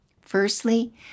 Firstly